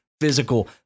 physical